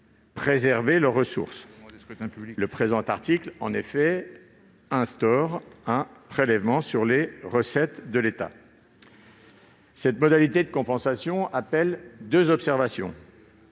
préserver leurs ressources. Le présent article, en effet, instaure un prélèvement sur recettes de l'État. Cette modalité de compensation appelle deux observations.